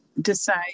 decide